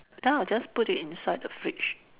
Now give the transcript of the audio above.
then I will just put it inside the fridge